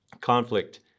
conflict